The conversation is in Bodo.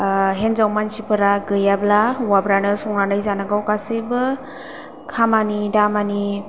हिन्जाव मानसिफोरा गैयाब्ला हौवाफ्रानो संनानै जानांगौ गासैबो खामानि दामानि